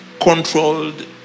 controlled